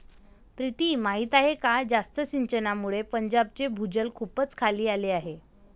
प्रीती माहीत आहे का जास्त सिंचनामुळे पंजाबचे भूजल खूपच खाली आले आहे